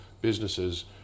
businesses